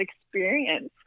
experience